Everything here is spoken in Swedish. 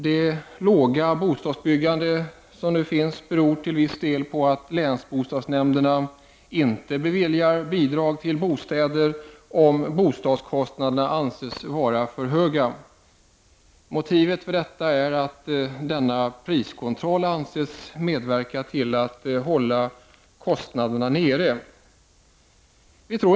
Det låga bostadsbyggandet beror till viss del på att länsbostadsnämnderna inte beviljar bidrag till bostäder om byggkostnaderna anses för höga. Motivet är att denna priskontroll anses medverka till att kostnaderna hålls nere.